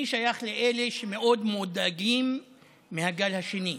אני שייך לאלה שמאוד מודאגים מהגל השני,